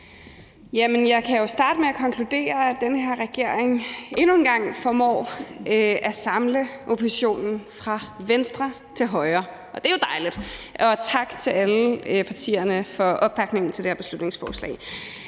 Jeg kan starte med at konkludere, at den her regering endnu en gang formår at samle oppositionen fra venstre til højre, og det er jo dejligt. Tak til alle partierne for opbakningen til det her beslutningsforslag.